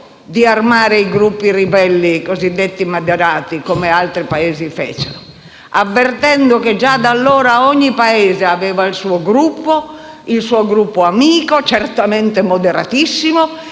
di armare i gruppi ribelli cosiddetti moderati, come altri Paesi fecero, avvertendo che già da allora ogni Paese aveva il suo gruppo amico, certamente moderatissimo,